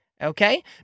okay